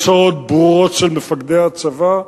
יש הוראות ברורות של מפקדי הצבא,